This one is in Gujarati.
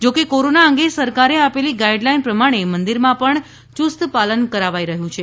જોકે કોરોના અંગે સરકારે આપેલી ગાઇડલાઇન પ્રમાણે મંદિરમાં પણ યુસ્ત પાલન કરાવાઈ રહ્યું છે